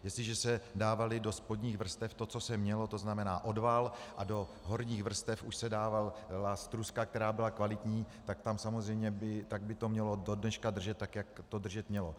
Jestliže se dávalo do spodních vrstev to, co se mělo, tzn. odval, a do horních vrstev už se dávala struska, která byla kvalitní, tak by to mělo do dneška držet tak, jak to držet mělo.